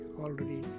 already